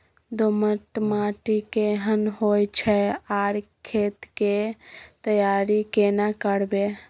दोमट माटी केहन होय छै आर खेत के तैयारी केना करबै?